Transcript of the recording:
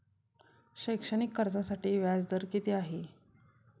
शैक्षणिक कर्जासाठी व्याज दर किती आहे?